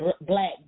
black